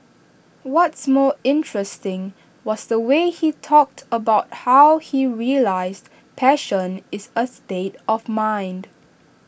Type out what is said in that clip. what's more interesting was the way he talked about how he realised passion is A state of mind